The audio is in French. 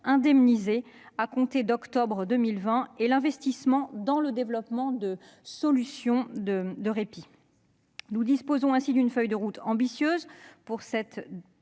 indemnisé depuis octobre 2020, et nous investissons dans le développement de solutions de répit. Nous disposons ainsi d'une feuille de route ambitieuse pour la dernière